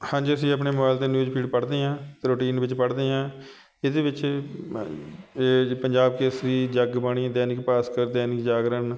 ਹਾਂਜੀ ਅਸੀਂ ਆਪਣੇ ਮੋਬਾਈਲ 'ਤੇ ਨਿਊਜ਼ ਫੀਡ ਪੜ੍ਹਦੇ ਹਾਂ ਰੁਟੀਨ ਵਿੱਚ ਪੜ੍ਹਦੇ ਹਾਂ ਇਹਦੇ ਵਿੱਚ ਪੰਜਾਬ ਕੇਸਰੀ ਜਗਬਾਣੀ ਦੈਨਿਕ ਭਾਸਕਰ ਦੈਨਿਕ ਜਾਗਰਣ